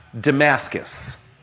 Damascus